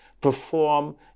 perform